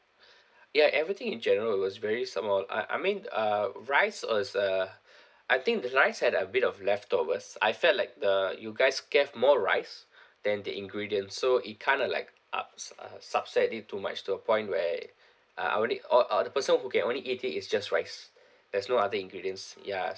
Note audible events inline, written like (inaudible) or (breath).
(breath) ya everything in general was very small I I mean uh rice was uh (breath) I think the rice had a bit of leftovers I felt like the you guys gave more rice (breath) than the ingredients so it kind of like ups~ uh subsided too much to a point where (breath) uh I only uh uh the person who can only eat it is just rice (breath) there's no other ingredients ya